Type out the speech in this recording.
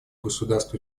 государств